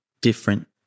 different